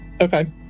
okay